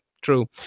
True